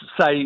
say